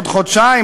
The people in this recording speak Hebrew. עוד חודשיים,